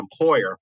employer